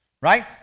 right